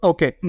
Okay